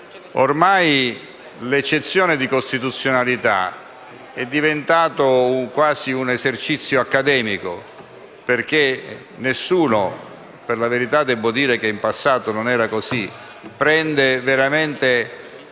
ormai l'eccezione di costituzionalità e diventata quasi un esercizio accademico, perché nessuno (per la verità, debbo dire che in passato non era così) prende veramente